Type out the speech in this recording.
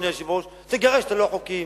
אדוני היושב-ראש: תגרש את הלא-חוקיים.